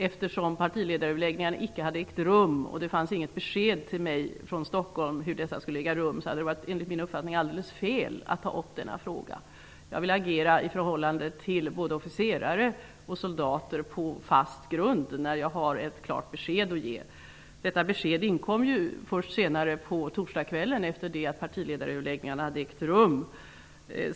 Eftersom partiöverläggningen icke hade ägt rum och det inte fanns besked till mig från Stockholm hade det varit, enligt min uppfattning, alldeles fel att ta upp denna fråga. Jag vill agera på fast grund i förhållande till både officerare och soldater, dvs. när jag har ett klart besked att ge. Detta besked kom senare på torsdagkvällen efter det att partiledaröverläggningarna hade ägt rum.